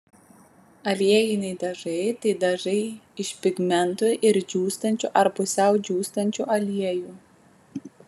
aliejiniai dažai tai dažai iš pigmentų ir džiūstančių ar pusiau džiūstančių aliejų